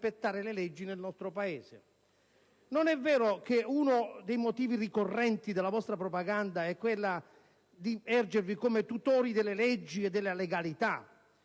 Non è vero che uno dei motivi ricorrenti della vostra propaganda è quella di ergervi a tutori delle leggi e della legalità